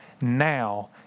Now